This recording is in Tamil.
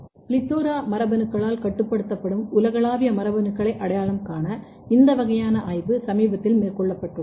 PLETHORA மரபணுக்களால் கட்டுப்படுத்தப்படும் உலகளாவிய மரபணுக்களை அடையாளம் காண இந்த வகையான ஆய்வு சமீபத்தில் மேற்கொள்ளப்பட்டுள்ளது